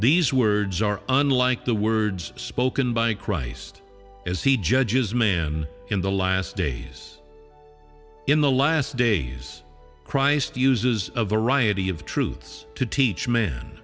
these words are unlike the words spoken by christ as he judges man in the last days in the last days christ uses a variety of truths to teach man